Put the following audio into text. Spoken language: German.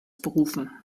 berufen